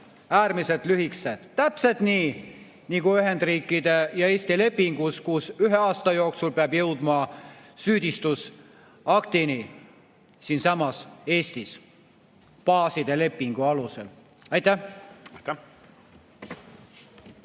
äärmiselt lühikesed, täpselt nii nagu Ühendriikide ja Eesti lepingus, kus ühe aasta jooksul peab jõudma süüdistusaktini siinsamas Eestis baaside lepingu alusel. Aitäh!